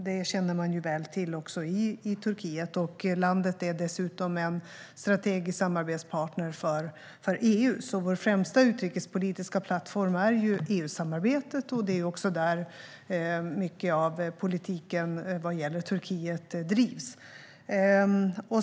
Det känner man väl till i Turkiet, och landet är dessutom en strategisk samarbetspartner för EU. Vår främsta utrikespolitiska plattform är alltså EU-samarbetet, och det är också där mycket av politiken vad gäller Turkiet drivs.